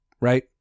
Right